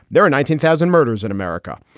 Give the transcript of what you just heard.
there are nineteen thousand murders in america.